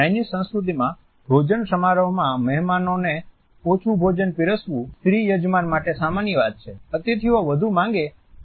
Chinese સંસ્કૃતિમાં ભોજન સમારોહમાં મહેમાનોને ઓછું ભોજન પીરસવું સ્ત્રી યજમાન માટે સામાન્ય વાત છે અતિથિઓ વધુ માંગે એ તેને પ્રસંશા તરીકે જોવે છે